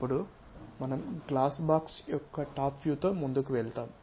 అప్పుడు మనం glass box యొక్క టాప్ వ్యూతో ముందుకు వెళ్దాం